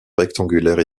rectangulaire